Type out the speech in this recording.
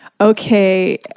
okay